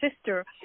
sister